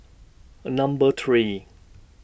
Number three